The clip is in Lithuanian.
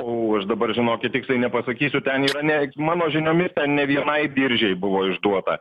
o aš dabar žinokit tiksliai nepasakysiu ten yra ne mano žiniomis ne vienai biržei buvo išduota